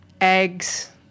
eggs